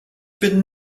bin